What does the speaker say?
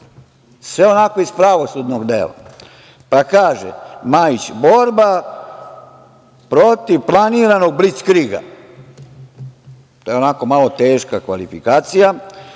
sve onako iz pravosudnog dela. Pa, kaže Majić - Borba protiv planiranog blickriga. To je onako malo teška kvalifikacija.